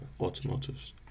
automotives